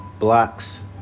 Blocks